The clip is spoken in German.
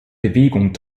bewegung